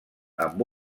amb